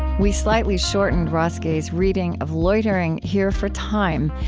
we slightly shortened ross gay's reading of loitering here for time,